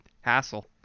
hassle